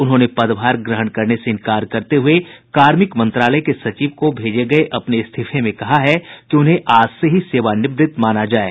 उन्होंने पदभार ग्रहण करने से इंकार करते हुए कार्मिक मंत्रालय के सचिव को भेजे गये इस्तीफे में कहा कि उन्हें आज से ही सेवानिवृत माना जाये